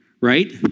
right